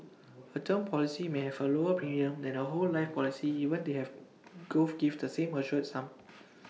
A term policy may have A lower premium than A whole life policy even when they both give the same assured sum